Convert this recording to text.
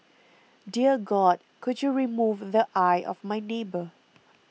dear God could you remove the eye of my neighbour